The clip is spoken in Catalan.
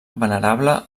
venerable